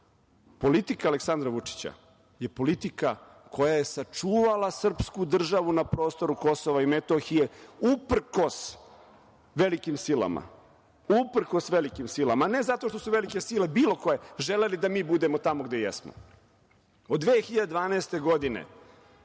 Politika Aleksandra Vučića je politika koja je sačuvala srpsku državu na prostoru KiM uprkos velikim silama, a ne zato što su velike sile, bilo koje, želeli da mi budemo tamo gde jesmo. Od 2012. godine.